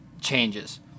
changes